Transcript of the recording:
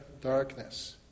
darkness